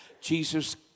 Jesus